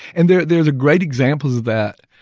and there's there's a great example of that.